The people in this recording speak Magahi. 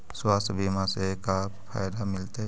स्वास्थ्य बीमा से का फायदा मिलतै?